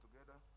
together